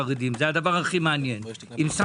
הדבר הכי מעניין.